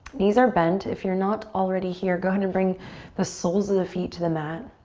knees are bent. if you're not already here, go ahead and bring the soles of the feet to the mat.